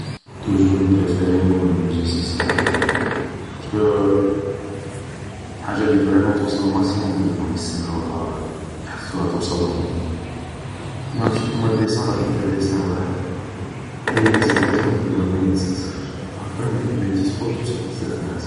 توجور نبريفيري نكون ميزيسيان كبير, بارسكو حاجة لي توصل للمكسيموم دو جون, يسمعوها يحسوها توصلهم سما ماشي كيما الديسان غادي دير ديسان واحد, أي ديسان ترسمه غادي دير واحد ما يتنسخش, بصح لخرين يقدو ينتسخو توصل بزاف ناس